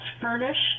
furnished